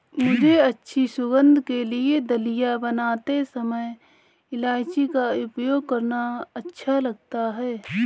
मुझे अच्छी सुगंध के लिए दलिया बनाते समय इलायची का उपयोग करना अच्छा लगता है